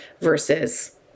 versus